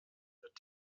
wird